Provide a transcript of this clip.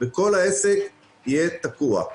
וכל העסק יהיה תקוע.